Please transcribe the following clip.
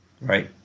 Right